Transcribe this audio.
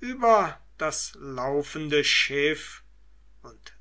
über das laufende schiff und